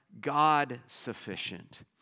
God-sufficient